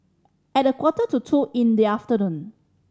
at a quarter to two in the afternoon